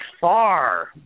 far